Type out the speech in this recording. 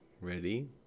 Ready